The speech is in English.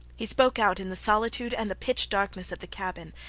he spoke out in the solitude and the pitch darkness of the cabin,